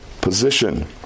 position